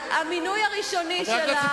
המינוי הראשון שלה,